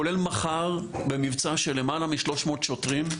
כולל מחר במבצע של למעלה משלוש מאות שוטרים,